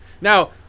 now